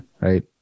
Right